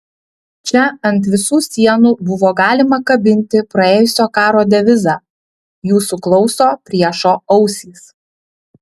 čia ant visų sienų buvo galima kabinti praėjusio karo devizą jūsų klauso priešo ausys